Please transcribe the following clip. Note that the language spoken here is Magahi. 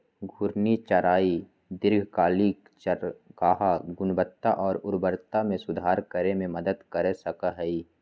घूर्णी चराई दीर्घकालिक चारागाह गुणवत्ता और उर्वरता में सुधार करे में मदद कर सका हई